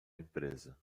empresa